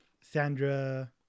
Sandra